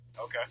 Okay